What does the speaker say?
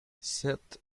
sept